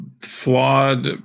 flawed